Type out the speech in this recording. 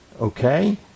okay